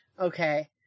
Okay